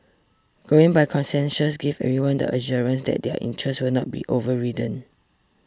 going by consensus gives everyone the assurance that their interests will not be overridden